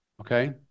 okay